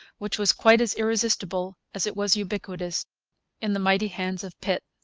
which was quite as irresistible as it was ubiquitous in the mighty hands of pitt.